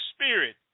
spirit